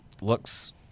looks